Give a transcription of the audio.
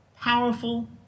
powerful